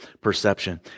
perception